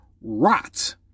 rot